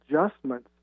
adjustments